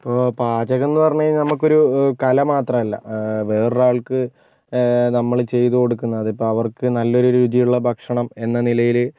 ഇപ്പോൾ പാചകം എന്ന് പറഞ്ഞ് കഴിഞ്ഞാല് നമുക്ക് ഒരു കല മാത്രമല്ല വേറൊരാൾക്ക് നമ്മള് ചെയ്ത് കൊടുക്കുന്ന അതിപ്പം അവർക്ക് നല്ലൊരു രുചിയുള്ള ഭക്ഷണം എന്ന നിലയില്